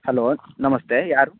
hello ನಮಸ್ತೆ ಯಾರು